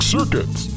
Circuits